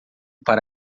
para